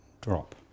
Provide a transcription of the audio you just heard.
drop